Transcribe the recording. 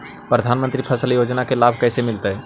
प्रधानमंत्री फसल योजना के लाभ कैसे मिलतै?